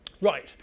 Right